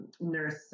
nurse